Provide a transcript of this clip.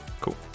Cool